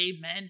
men